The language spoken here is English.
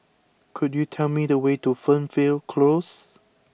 could you tell me the way to Fernvale Close